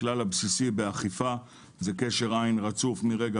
הכלל הבסיסי באכיפה זה קשר עין רצוף מרגע